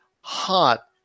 hot